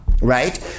right